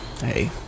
Hey